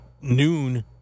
noon